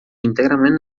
íntegrament